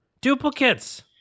Duplicates